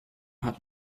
hat